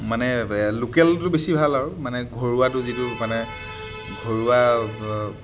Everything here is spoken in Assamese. মানে লোকেলটো বেছি ভাল আৰু মানে ঘৰুৱাটো যিটো মানে ঘৰুৱা